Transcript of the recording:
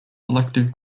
selective